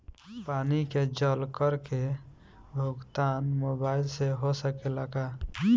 पानी के जल कर के भुगतान मोबाइल से हो सकेला का?